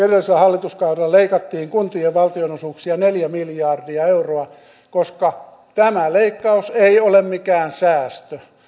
edellisellä hallituskaudella leikattiin kuntien valtionosuuksia neljä miljardia euroa koska tämä leikkaus ei ole mikään säästö